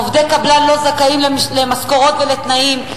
עובדי קבלן לא זכאים למשכורות ולתנאים.